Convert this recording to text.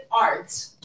art